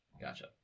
Gotcha